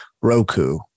roku